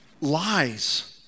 lies